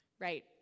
Right